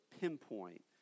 pinpoint